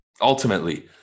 ultimately